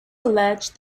alleged